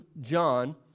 John